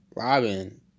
Robin